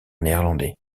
néerlandais